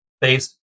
based